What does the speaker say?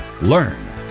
learn